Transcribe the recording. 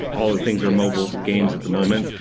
all things are mobile games at the moment.